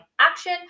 action